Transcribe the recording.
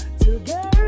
together